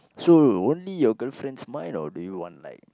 so only your girlfriend's mind or do you want like